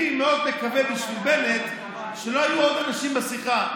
אני מאוד מקווה בשביל בנט שלא היו עוד אנשים בשיחה,